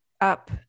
up